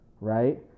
right